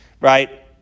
right